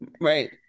Right